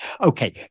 Okay